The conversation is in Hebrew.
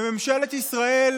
וממשלת ישראל